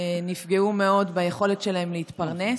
נפגעו מאוד ביכולת שלהם להתפרנס.